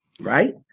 right